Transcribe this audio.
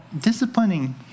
disciplining